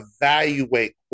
evaluate